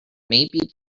maybe